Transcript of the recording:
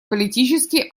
политический